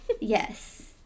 Yes